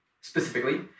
specifically